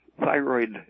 thyroid